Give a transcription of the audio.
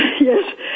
Yes